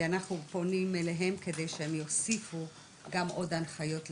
כי אנחנו פונים אליהם כדי שהם יוסיפו גם עוד הנחיות לרופאים,